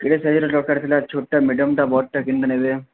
କେଡ଼େ ସାଇଜ୍ର ଦରକାର ଥିଲା ଛୋଟଟା ମିଡିୟମ୍ଟା ବଡ଼ଟା କେମିତି ନେବେ